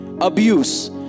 abuse